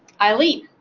eileen,